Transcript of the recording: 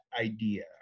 idea